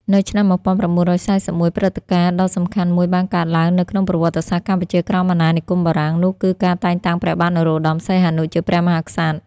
នៅឆ្នាំ១៩៤១ ព្រឹត្តិការណ៍ដ៏សំខាន់មួយបានកើតឡើងនៅក្នុងប្រវត្តិសាស្ត្រកម្ពុជាក្រោមអាណានិគមបារាំង នោះគឺការតែងតាំងព្រះបាទនរោត្ដម សីហនុ ជាព្រះមហាក្សត្រ។